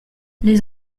les